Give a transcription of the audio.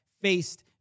faced